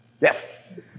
Yes